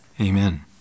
Amen